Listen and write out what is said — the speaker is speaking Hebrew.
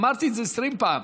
אמרתי את זה 20 פעם.